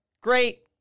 Great